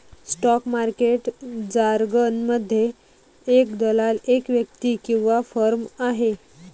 stock market जारगनमध्ये, एक दलाल एक व्यक्ती किंवा फर्म आहे